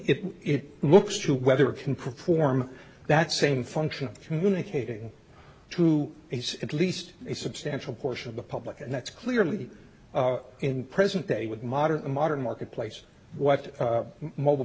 if it looks to whether it can perform that same function communicating to base at least a substantial portion of the public and that's clearly in present day with modern modern marketplace what mobile